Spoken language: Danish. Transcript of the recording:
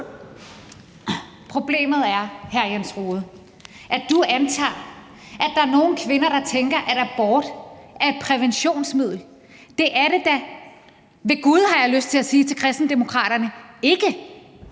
Problemet er, hr. Jens Rohde, at du antager, at der er nogle kvinder, der tænker, at abort er et præventionsmiddel. Det er det da ved gud, har jeg lyst til at sige til Kristendemokraterne, ikke.